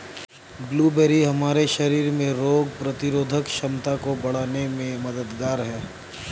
blueberry हमारे शरीर में रोग प्रतिरोधक क्षमता को बढ़ाने में मददगार है